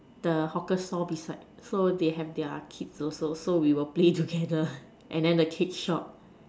the hawker stall beside so they have their kids also so we will play together and then the cake shop